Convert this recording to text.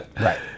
Right